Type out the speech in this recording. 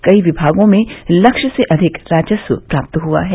कई विभागों में लक्ष्य से अधिक राजस्व प्राप्त हुआ है